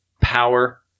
power